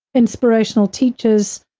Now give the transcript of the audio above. inspirational teachers,